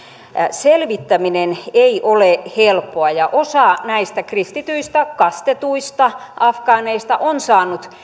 selvittäminen ei ole helppoa ja osa näistä kristityistä kastetuista afgaaneista on saanut mielestäni